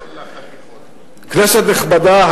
כנסת נכבדה,